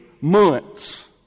months